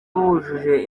bujuje